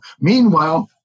Meanwhile